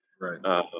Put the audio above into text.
Right